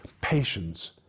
patience